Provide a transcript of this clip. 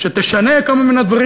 שתשנה כמה מהדברים,